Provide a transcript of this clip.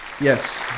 Yes